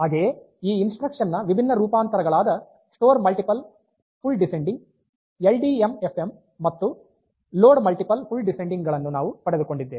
ಹಾಗೆಯೇ ಈ ಇನ್ಸ್ಟ್ರಕ್ಷನ್ ನ ವಿಭಿನ್ನ ರೂಪಾಂತರಗಳಾದ store multiple full descending L D M F M ಮತ್ತು ಲೋಡ್ ಮಲ್ಟಿಪಲ್ ಫುಲ್ ಡಿಸೆಂಡಿಂಗ್ ಗಳನ್ನು ನಾವು ಪಡೆದುಕೊಂಡಿದ್ದೇವೆ